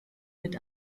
mit